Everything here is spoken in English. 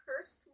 cursed